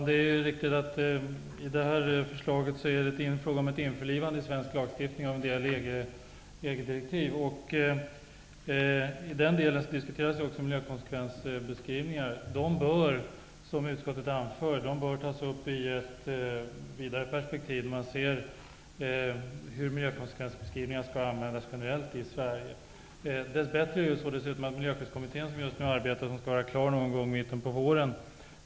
Herr talman! Det är riktigt att det är fråga om ett införlivande av svensk lagstiftning i EG-direktiven. Då diskuteras också miljökonsekvensbeskrivningar. De bör, som utskottet anför, tas upp i ett vidare perspektiv där man ser hur miljökonsekvensbeskrivningar skall användas generellt i Sverige. Dess bättre skall Miljöskyddskommitte ns arbete vara klart någon gång i mitten av våren.